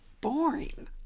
boring